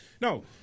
No